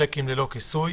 הצעת חוק שיקים ללא כיסוי,